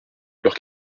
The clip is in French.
leur